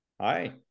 Hi